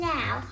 Now